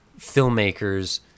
filmmakers